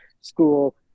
school